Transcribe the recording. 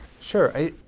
Sure